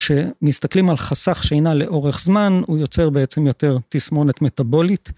כשמסתכלים על חסך שינה לאורך זמן, הוא יוצר בעצם יותר תסמונת מטאבולית.